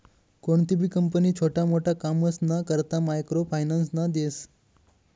कोणतीबी कंपनी छोटा मोटा कामसना करता मायक्रो फायनान्स देस